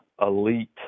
elite